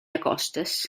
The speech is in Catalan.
acostes